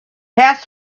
task